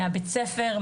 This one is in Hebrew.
מהבית ספר,